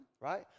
right